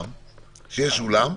שיש אולם,